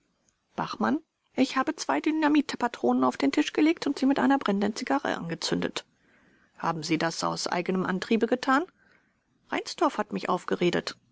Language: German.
b ich habe zwei dynamitpatronen auf den tisch gelegt und sie mit einer brennenden zigarre entzündet vors haben sie das aus eigenem antriebe getan b reinsdorf hat mich aufgeredet